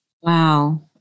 Wow